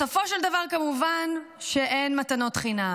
בסופו של דבר, כמובן שאין מתנות חינם.